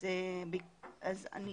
אז אני